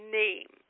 name